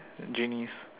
genies